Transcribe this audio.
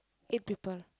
eight people